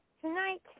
tonight